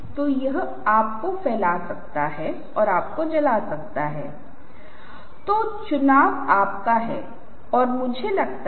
और अगर आप इन पर गौर करते हैं तो आप पाते हैं कि डिजाइन घटकों का मेरे द्वारा ध्यान रखा गया है